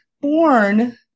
born